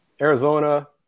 Arizona